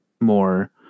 more